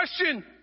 question